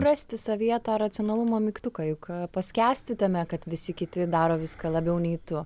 rasti savyje tą racionalumo mygtuką juk paskęsti tame kad visi kiti daro viską labiau nei tu